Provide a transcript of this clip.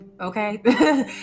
okay